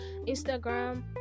Instagram